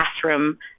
classroom